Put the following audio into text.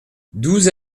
douze